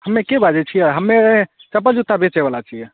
हमे के बाजैत छियै हमे चप्पल जुत्ता बेचैबला छियै